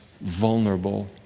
vulnerable